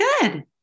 good